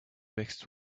mixed